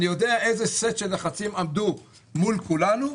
איזה סט לחצים עמדו מול כולנו.